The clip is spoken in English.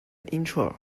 intro